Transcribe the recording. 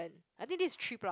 I think this is three plus